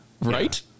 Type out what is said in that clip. Right